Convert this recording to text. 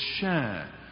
share